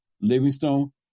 Livingstone